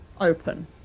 open